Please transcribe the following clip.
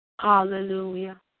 Hallelujah